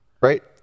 right